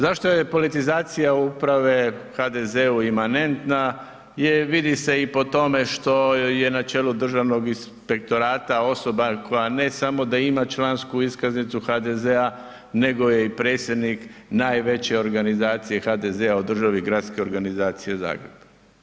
Zašto je politizacija uprave HDZ-u imanentna jer vidi se i po tome što je na čelu Državnog inspektorata osoba koja ne samo da ima člansku iskaznicu HDZ-a nego je i predsjednik najveće organizacije HDZ-a u državi gradske organizacije Zagreb.